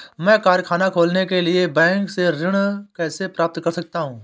मैं कारखाना खोलने के लिए बैंक से ऋण कैसे प्राप्त कर सकता हूँ?